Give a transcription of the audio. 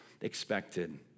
expected